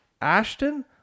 Ashton